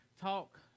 talk